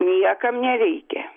niekam nereikia